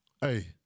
hey